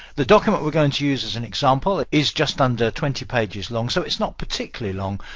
the document we're going to use as an example is just under twenty pages long, so it's not particularly long,